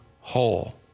whole